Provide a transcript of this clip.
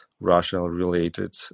Russia-related